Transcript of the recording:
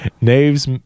knaves